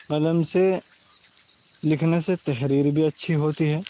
قلم سے لکھنے سے تحریر بھی اچھی ہوتی ہے